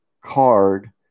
card